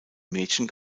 mädchen